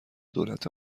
دولت